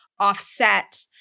offset